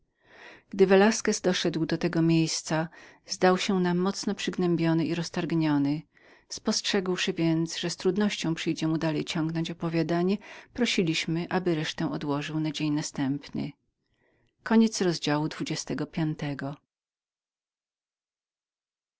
gdy velasquez doszedł do tego miejsca zdał się nam mocno przygniecionym i roztargnionym spostrzegłszy więc że z trudnością przyjdzie mu dalej ciągnąć opowiadanie prosiliśmy aby resztę odłożył na dzień następny